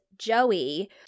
Joey